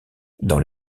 dans